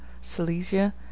Silesia